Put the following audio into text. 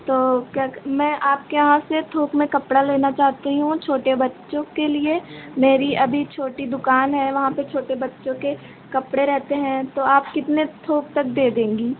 तो क्या मैं आपके यहाँ से थोक में कपड़ा लेना चाहती हूँ छोटे बच्चों के लिए मेरी अभी छोटी दुक़ान है वहाँ पर छोटे बच्चों के कपड़े रहते हैं तो आप कितने थोक तक दे देंगी